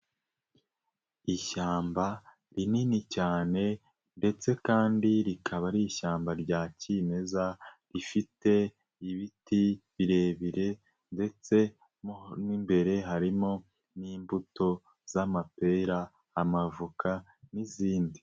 Ishyamba rinini cyane ndetse kandi rikaba ari ishyamba rya kimeza, rifite ibiti birebire ndetse mo imbere harimo n'imbuto z'amapera, amavoka n'izindi.